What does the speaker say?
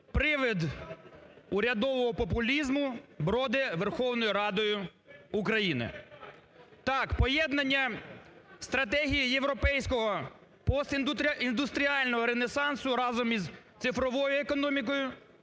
привид урядового популізму броде Верховною Радою України. Так, поєднання стратегії європейського постіндустріального ренесансу разом із цифровою економікою